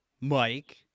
Mike